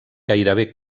gairebé